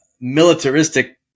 militaristic